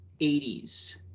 80s